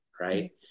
right